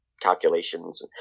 calculations